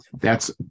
thats